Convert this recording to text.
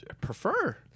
prefer